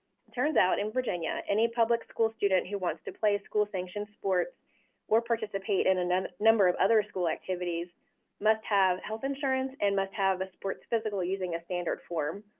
turns out, in virginia, any public school student who wants to play school-sanctioned sports or participate in and and a number of other school activities must have health insurance and must have a sports physical using a standard form,